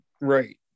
Right